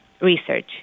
research